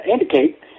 indicate